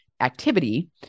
activity